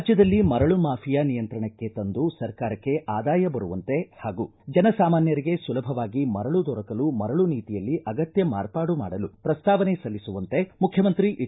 ರಾಜ್ಯದಲ್ಲಿ ಮರಳು ಮಾಫಿಯಾ ನಿಯಂತ್ರಣಕ್ಕೆ ತಂದು ಸರ್ಕಾರಕ್ಕೆ ಆದಾಯ ಬರುವಂತೆ ಹಾಗೂ ಜನ ಸಾಮಾನ್ಯರಿಗೆ ಸೌಲಭವಾಗಿ ಮರಳು ದೊರಕಲು ಮರಳು ನೀತಿಯಲ್ಲಿ ಅಗತ್ಯ ಮಾರ್ಪಾಡು ಮಾಡಲು ಪ್ರಸ್ತಾವನೆ ಸಲ್ಲಿಸುವಂತೆ ಮುಖ್ಣಮಂತ್ರಿ ಎಚ್